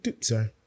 Sorry